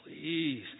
please